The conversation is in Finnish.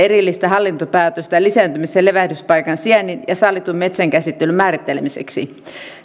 erillistä hallintopäätöstä lisääntymis ja levähdyspaikan sijainnin ja sallitun metsänkäsittelyn määrittelemiseksi